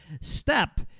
step